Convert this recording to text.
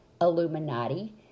Illuminati